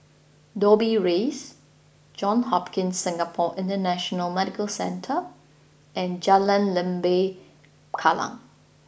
Dobbie Rise Johns Hopkins Singapore International Medical Centre and Jalan Lembah Kallang